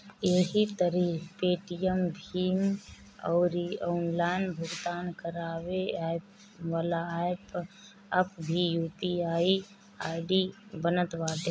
एही तरही पेटीएम, भीम अउरी ऑनलाइन भुगतान करेवाला एप्प पअ भी यू.पी.आई आई.डी बनत बाटे